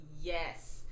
yes